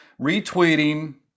retweeting